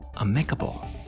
Amicable